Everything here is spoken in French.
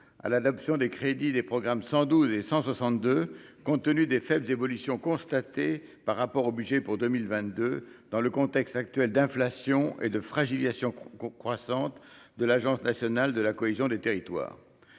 à l'adoption des crédits des programmes 112 et 162 compte tenu des faibles évolutions constatées par rapport au budget pour 2022, dans le contexte actuel d'inflation et de fragilisation croissante de l'Agence nationale de la cohésion des territoires